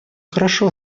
хорошо